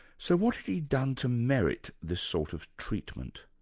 so what had he done to merit this sort of treatment?